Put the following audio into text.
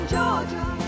Georgia